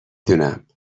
دونم